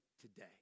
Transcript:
today